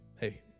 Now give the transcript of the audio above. hey